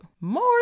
More